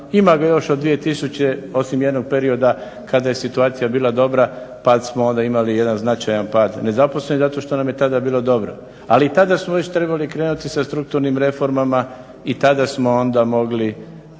ima ga još od 2000. osim jednog perioda kada je situacija bila dobra, pa smo onda imali jedna značajan pad nezaposlenih zato što nam je tada bilo dobro. Ali i tada smo već trebali krenuti sa strukturnim reformama i tada smo onda mogli